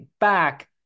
back